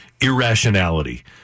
irrationality